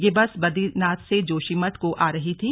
यह बस बदरीनाथ से जोशीमठ को आ रही थी